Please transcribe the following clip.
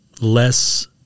less